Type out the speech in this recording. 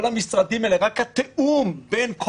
כל המשרדים האלה רק התיאום בין כל